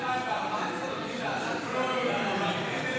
הסתייגות 146 לחלופין ד לא נתקבלה.